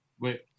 Wait